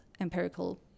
empirical